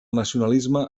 nacionalisme